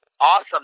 awesome